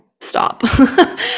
stop